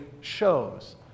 shows